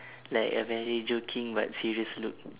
like a very joking but serious look